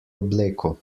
obleko